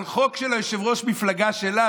על חוק של יושב-ראש המפלגה שלה,